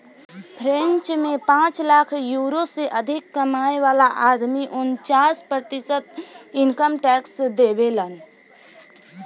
French में पांच lakh euro से अधिक कमाए वाला आदमी उनन्चास प्रतिशत इनकम टैक्स देबेलन